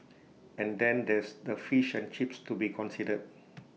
and then there's the fish and chips to be considered